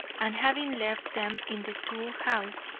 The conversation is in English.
and, having left them in the tool-house,